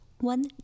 One